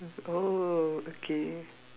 oh okay